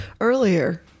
earlier